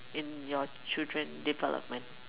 in your children development